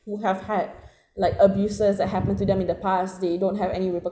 who have had like abuses that happened to them in the past they don't have any reper~